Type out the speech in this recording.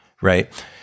right